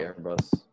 Airbus